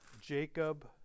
Jacob